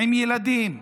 עם ילדים,